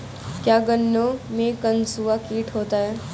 क्या गन्नों में कंसुआ कीट होता है?